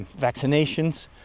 vaccinations